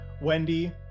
Wendy